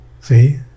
See